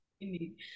Indeed